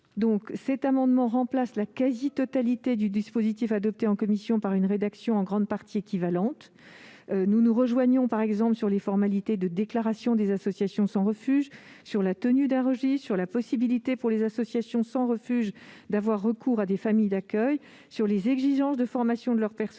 de M. Bazin vise à remplacer la quasi-totalité du dispositif adopté en commission par une rédaction en grande partie équivalente. Nous nous rejoignons, par exemple, sur les formalités de déclaration des associations sans refuge, la tenue d'un registre, la possibilité pour ces associations d'avoir recours à des familles d'accueil, les exigences de formation de leur personnel